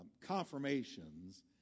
confirmations